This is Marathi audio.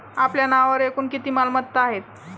आपल्या नावावर एकूण किती मालमत्ता आहेत?